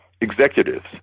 executives